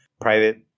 private